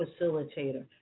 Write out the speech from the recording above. facilitator